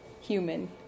human